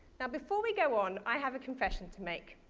now before we go on, i have a confession to make.